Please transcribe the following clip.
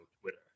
twitter